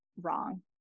wrong